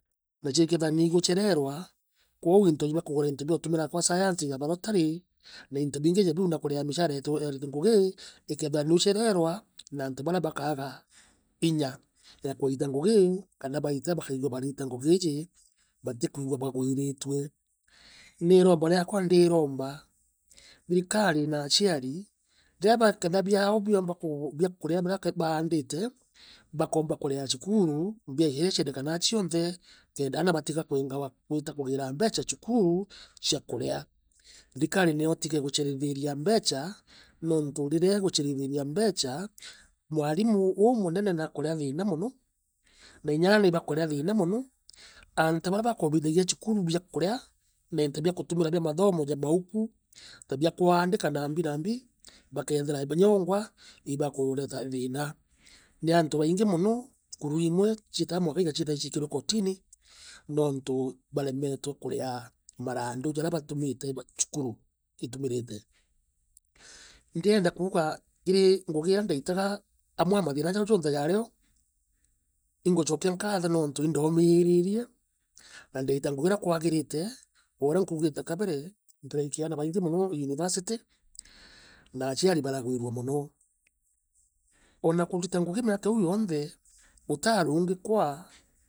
Nacio ikeethirwa niiguchererwa, kwou into bakugura into bia gutumira kwa science laboratory, na into biingi ja biu na kurea mishara e ya ariti ngugi ikeethirwa niiucererwa na antu barea bakaaga inya ya kuita ngugi kana baita bakaigua barita ngugi iiji batikwigua bagwiritue. Ni iromba rikwa ndiromba thirikari na aciari riria baketha biao biomba kuu biakuria biria baandite bakoomba kurea chukuru mbecha iria ciendekanaa cionthe kenda ana batiga kwingagwa kwita kugiira mbecha chukuru cia kurea. Thirikari neo itige kucherethiria mbecha nontu riria igucherethiria mbecha, mwarimu uu munene naakurea thiina mono na inya aana ibakurea thiina mono. Aantu barea bakobithagia cukuru biakurea na into biagutumira bia kuthoma ja mauku na bia kuandika nambi nambi bakeethira inya boongwa ibakureta thiina. Ni antu baingi mono chukuru imwe chietaa mwanka ikachiethira ichiikirue kotini nontu ibaremetwe kurea maraandu jaria batumirite chukuru, itumirite. Ndienda kuuga kiri ngugi iria ndaitaga amwe na mathina jaria jonthe jaario inguchokia nkaatho nontu indoomiririe na ndaita ngugi urea kwagirite oorea nkuugite kabere ndiraikia aana baingi mono university, na achiari baragwirua mono. Ona kurita ngugi miaka iiu yonthe utarungikwa